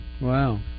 Wow